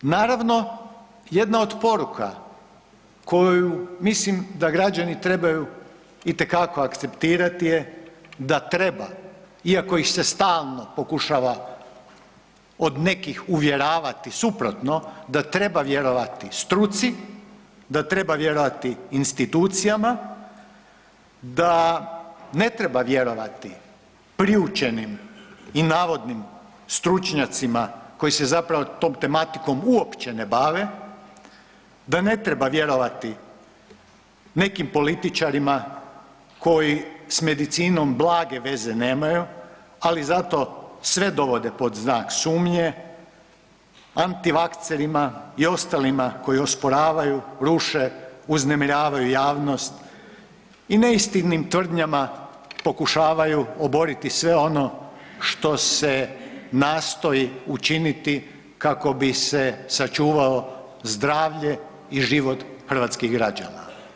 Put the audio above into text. Naravno jedna od poruka koju mislim da građani trebaju itekako akceptirati je da treba, iako ih se stalno pokušava od nekih uvjeravati suprotno da treba vjerovati struci, da treba vjerovati institucijama, da ne treba vjerovati priučenim i navodnim stručnjacima koji se zapravo tom tematikom uopće na bave, da ne treba vjerovati nekim političarima koji s medicinom blage veze nemaju, ali zato sve dovode pod znak sumnje, antivakcerima i ostalima koji osporavaju, ruše, uznemiravaju javnosti i neistinim tvrdnjama pokušavaju oboriti sve ono što nastoji učiniti kako bi se sačuvalo zdravlje i život hrvatskih građana.